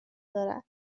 دارد